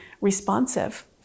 responsive